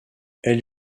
elle